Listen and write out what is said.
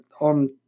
on